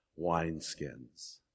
wineskins